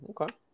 okay